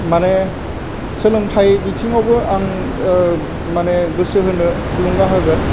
माने सोलोंथाइ बिथिंआवबो आं माने गोसो होनो थुलुंगा होगोन